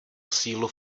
sílu